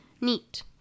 neat